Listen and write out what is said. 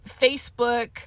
Facebook